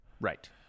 right